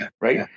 Right